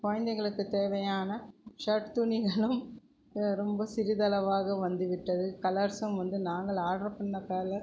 குழந்தைகளுக்கு தேவையான ஷேர்ட் துணிகளும் ரொம்ப சிறிதளவாக வந்து விட்டது கலர்ஸும் வந்து நாங்கள் ஆட்ரு பண்ண கலர்